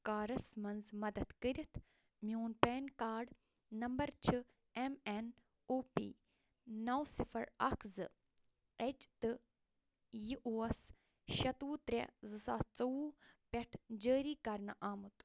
کارَس منٛز مدد کٔرِتھ میٛون پین کارڈ نمبر چھُ ایٚم ایٚن او پی نَو صِفر اکھ زٕ ایٚچ تہٕ یہِ اوس شیٚتوُہ ترٛےٚ زٕ ساس ژوٚوُہ پٮ۪ٹھ جٲری کرنہٕ آمُت